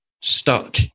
stuck